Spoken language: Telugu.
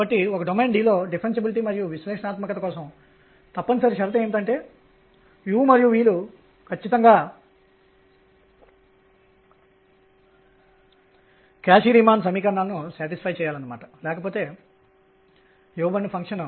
కాబట్టి 2mE L2r22kmr 0 వ్యక్తీకరణ నుండి లెక్కించవచ్చు